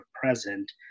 present